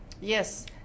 Yes